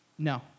No